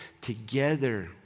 together